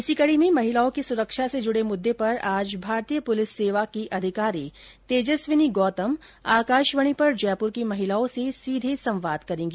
इसी कडी में महिलाओं की सुरक्षा से जुडे मुद्दे पर आज भारतीय पुलिस सेवा की अधिकारी तेजस्विनी गौतम आकाशवाणी पर जयपुर की महिलाओं से सीधे संवाद करेगी